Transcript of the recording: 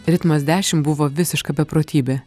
ritmas dešim buvo visiška beprotybė